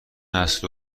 است